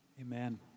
Amen